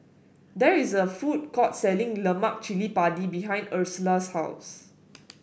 there is a food court selling Lemak Cili Padi behind Ursula's house